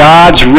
God's